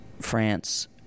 France